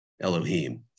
Elohim